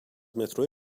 مترو